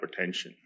hypertension